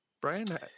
brian